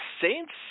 Saints